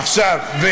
לא יודע,